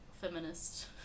feminist